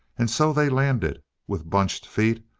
and so they landed, with bunched feet,